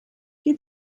què